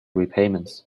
repayments